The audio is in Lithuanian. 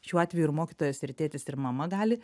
šiuo atveju ir mokytojas ir tėtis ir mama gali